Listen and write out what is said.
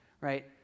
right